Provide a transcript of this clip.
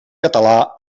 català